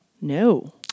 No